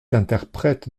interprète